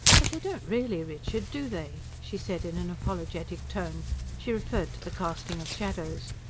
but they don't really, richard, do they? she said in an apologetic tone she referred to the casting of shadows.